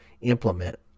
implement